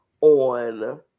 on